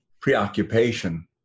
preoccupation